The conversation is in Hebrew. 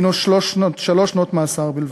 הנו שלוש שנות מאסר בלבד.